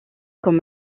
comme